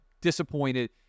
disappointed